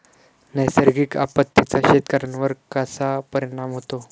नैसर्गिक आपत्तींचा शेतकऱ्यांवर कसा परिणाम होतो?